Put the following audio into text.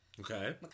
Okay